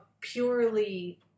purely